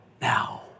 now